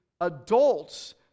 adults